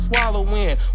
swallowing